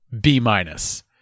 B-minus